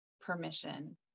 Permission